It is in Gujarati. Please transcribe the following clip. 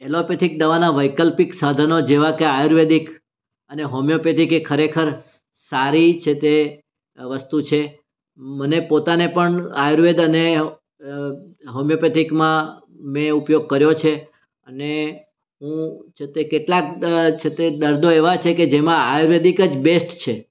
એલોપેથિક દવાનાં વૈકલ્પિક સાધનો જેવાં કે આયુર્વેદિક અને હોમિયોપેથિક એ ખરેખર સારી છે તે વસ્તુ છે મને પોતાને પણ આયુર્વેદ અને હોમયોપેથિકમાં મેં ઉપયોગ કર્યો છે અને હું છે તે કેટલાંક છે તે દર્દો એવાં છે કે જેમાં આયુર્વેદિક જ બેસ્ટ છે